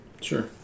Sure